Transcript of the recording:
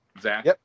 Zach